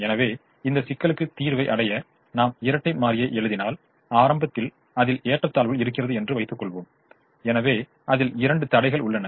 எனவே இந்த சிக்கலுக்கு தீர்வை அடைய நாம் இரட்டை மாரியை எழுதினால் ஆரம்பத்தில் அதில் ஏற்றத்தாழ்வுகள் இருக்கிறது என்று வைத்துக் கொள்வோம் எனவே அதில் இரண்டு தடைகள் உள்ளன